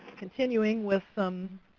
continuing with some